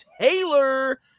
Taylor